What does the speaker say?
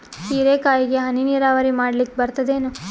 ಹೀರೆಕಾಯಿಗೆ ಹನಿ ನೀರಾವರಿ ಮಾಡ್ಲಿಕ್ ಬರ್ತದ ಏನು?